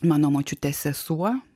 mano močiutės sesuo